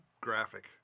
graphic